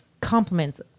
compliments